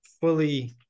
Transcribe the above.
fully